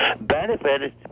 benefited